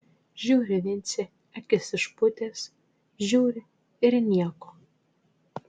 žiūri vincė akis išpūtęs žiūri ir nieko